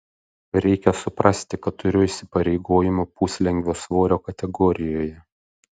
reikia suprasti kad turiu įsipareigojimų puslengvio svorio kategorijoje